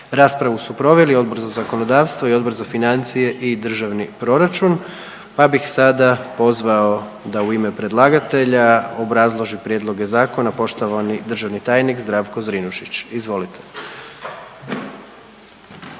Raspravu su proveli Odbor za zakonodavstvo i Odbor za financije i državni proračun, pa bih sada pozvao da u ime predlagatelja obrazloži prijedloge zakona poštovani državni tajnik Zdravko Zrinušić. Izvolite.